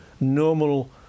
normal